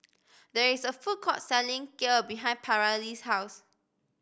there is a food court selling Kheer behind Paralee's house